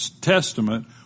Testament